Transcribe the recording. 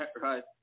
Right